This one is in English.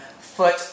foot